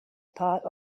part